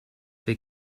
they